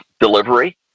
delivery